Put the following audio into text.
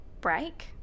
break